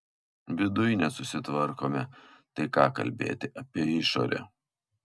viduj nesusitvarkome tai ką kalbėti apie išorę